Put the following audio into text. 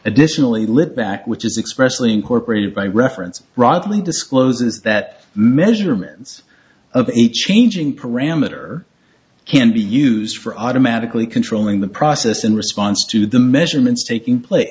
additionally lid back which is expressively incorporated by reference broadly discloses that measurements of a changing parameter can be used for automatically controlling the process in response to the measurements taking place